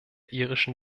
irischen